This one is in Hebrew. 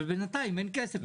אבל בינתיים אין כסף,